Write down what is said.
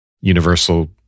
universal